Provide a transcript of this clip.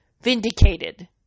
vindicated